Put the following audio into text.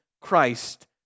Christ